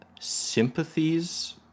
sympathies